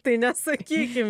tai neatsakykim